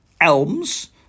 ELMS